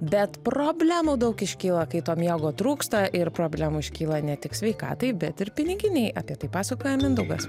bet problemų daug iškyla kai to miego trūksta ir problemų iškyla ne tik sveikatai bet ir piniginei apie tai pasakoja mindaugas